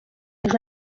nka